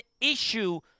issue